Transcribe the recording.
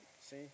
see